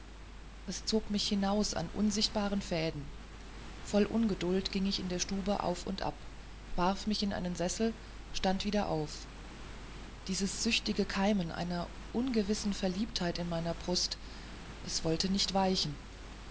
es zog mich hinaus an unsichtbaren fäden voll ungeduld ging ich in der stube auf und ab warf mich in einen sessel stand wieder auf dieses süchtige keimen einer ungewissen verliebtheit in meiner brust es wollte nicht weichen